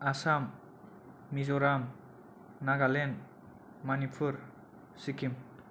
Assam Mizoram Nagaland Manipur Sikkim